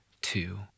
Two